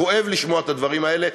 כואב לשמוע את הדברים האלה,